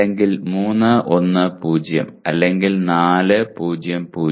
അല്ലെങ്കിൽ 3 1 0 അല്ലെങ്കിൽ 4 0 0